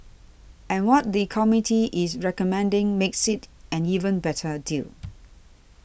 and what the committee is recommending makes it an even better a deal